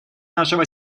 нашего